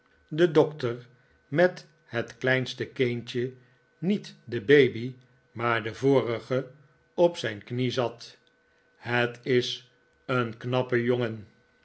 de dokter met het kleinste kindje niet de baby maar het vorige op zijn knie zat het is een knappe jongen